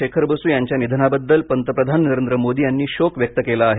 शेखर बसू यांच्या निधनाबद्दल पंतप्रधान नरेंद्र मोदी यांनी शोक व्यक्त केला आहे